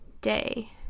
day